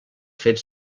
fets